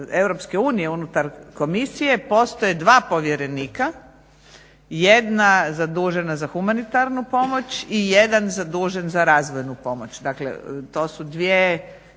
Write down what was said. Europske unije, unutar komisije postoje dva povjerenika, jedan zadužena za humanitarnu pomoć i jedan zadužen za razvojnu pomoć. Dakle to su dvije